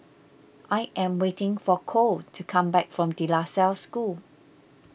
I am waiting for Cole to come back from De La Salle School